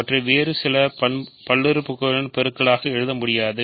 அவற்றை வேறு சில பல்லுறுப்புக்கோவைகளின் பெருக்கங்களாக எழுத முடியாது